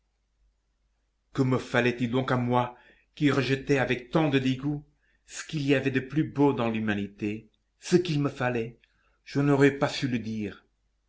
me fallait-il donc à moi qui rejetais avec tant de dégoût ce qu'il y avait de plus beau dans l'humanité ce qu'il me fallait je n'aurais pas su le dire